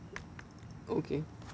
okay